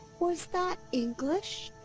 was that english?